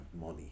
money